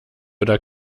oder